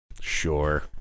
Sure